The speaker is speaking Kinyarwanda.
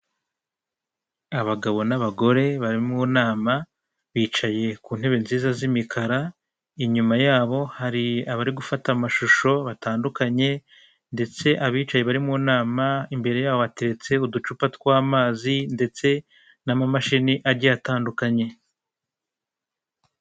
Abagabo n'abagore bari mu nama bicaye ku ntebe nziza z'imikara, inyuma yabo hari abari gufata amashusho batandukanye ndetse abicaye bari mu nama imbere yabo atetse uducupa tw'amazi ndetse n'amamashini agiye atandukanye.